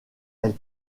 elle